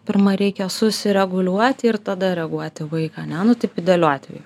pirma reikia susireguliuoti ir tada reaguot į vaiką ane nu taip idealiu atveju